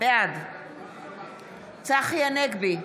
בעד צחי הנגבי,